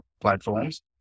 platforms